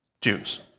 Jews